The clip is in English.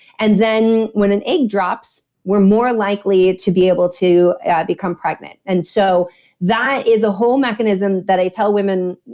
and then when an egg drops, we're more likely to be able to become pregnant and so that is a whole mechanism that i tell women.